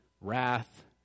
wrath